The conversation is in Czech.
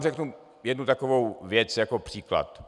Řeknu vám jednu takovou věc jako příklad.